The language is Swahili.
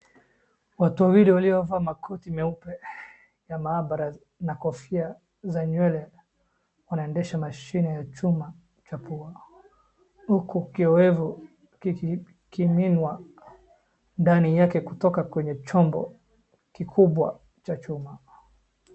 Watu wawili waliovaa makoti ,eupe ya maabara na kofia za nywele wanaendesha mashine ya chuma cha pua, huku ikiwemo kitu ikimiminwa ndani kutoka kwenye chombo kikubwa cha chuma.